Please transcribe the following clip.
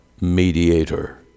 mediator